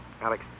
Alex